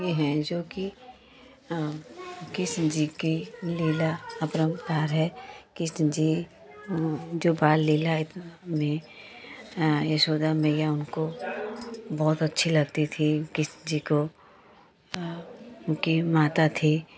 यह हैं जोकि कृष्ण जी के लीला अपरंपार है कृष्ण जी जो बाल लीला में यशोदा मैया उनको बहुत अच्छी लगती थी कृष्ण जी को उनकी माता थी